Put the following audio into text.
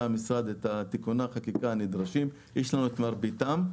המשרד את תיקוני החקיקה הנדרשים יש לנו את מרביתם.